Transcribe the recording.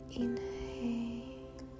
inhale